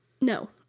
No